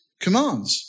commands